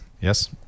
Yes